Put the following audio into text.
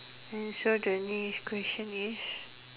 so the next question is